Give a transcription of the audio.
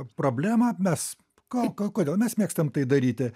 problemą mes ko ko kodėl mes mėgstam tai daryti